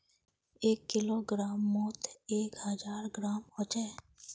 एक किलोग्रमोत एक हजार ग्राम होचे